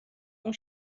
اون